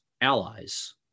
allies